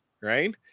right